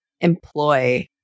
employ